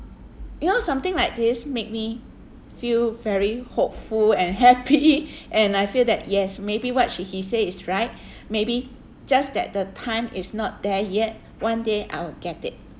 you know something like this make me feel very hopeful and happy and I feel that yes maybe what she he say is right maybe just that the time is not there yet one day I will get it